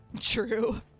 True